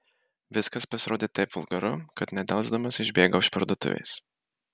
viskas pasirodė taip vulgaru kad nedelsdamas išbėgau iš parduotuvės